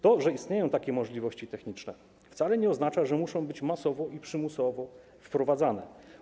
To, że istnieją takie możliwości techniczne, wcale nie oznacza, że muszą być one masowo i przymusowo wprowadzane.